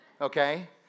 Okay